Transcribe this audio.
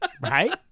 right